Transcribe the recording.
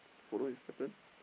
follow his pattern